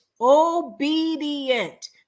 obedient